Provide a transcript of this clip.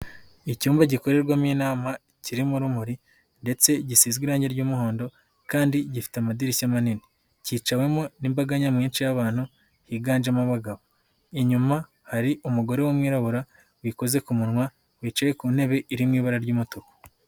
Icyumba gikorerwamo inama kirimo urumuri ndetse gisizwe irangi ry'umuhondo kandi gifite amadirishya manini, kicawemo n'imbaga nyamwinshi y'abantu higanjemo abagabo, inyuma hari umugore w'umwirabura wikoze ku munwa wicaye ku ntebe iri mu ibara ry'umutuku.